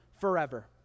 forever